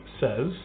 says